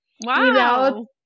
Wow